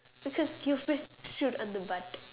because cupids shoot on the butt